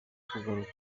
kugaruza